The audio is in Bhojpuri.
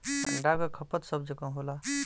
अंडा क खपत सब जगह होला